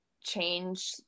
change